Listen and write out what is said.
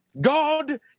God